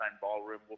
ballroom